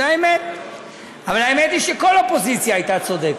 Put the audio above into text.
אבל האמת היא שכל אופוזיציה הייתה צודקת.